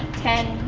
ten,